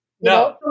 No